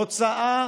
הוצאה